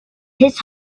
his